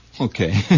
okay